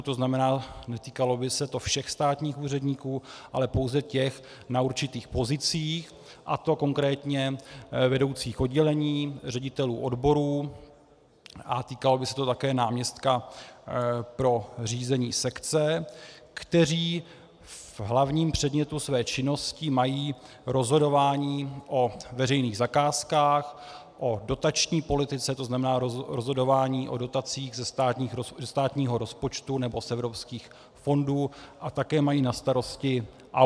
To znamená, netýkalo by se to všech státních úředníků, ale pouze těch na určitých pozicích a to konkrétně vedoucích oddělení, ředitelů odborů, a týkalo by se to také náměstka pro řízení sekce , kteří v hlavním předmětu své činnosti mají rozhodování o veřejných zakázkách, o dotační politice, to znamená rozhodování o dotacích ze státního rozpočtu nebo z evropských fondů, a také mají na starosti audit.